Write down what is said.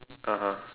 (uh huh)